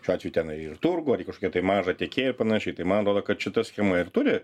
šiuo atveju tenai ir turgų ar į kažkokią tai mažą tiekėją panašiai tai man atrodo kad šitą schemą ir turi